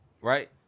right